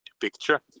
picture